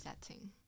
setting